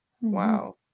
Wow